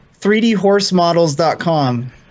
3dhorsemodels.com